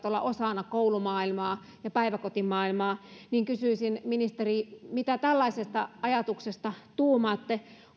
olla osana koulumaailmaa ja päiväkotimaailmaa kysyisin ministeri mitä tällaisesta ajatuksesta tuumaatte